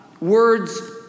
words